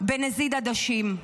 בנזיד עדשים.